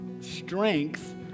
strength